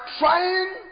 trying